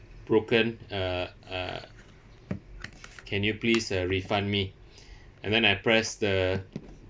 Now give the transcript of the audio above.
broken uh uh can you please uh refund me and when I press the